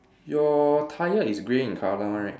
your tyre is grey in colour one right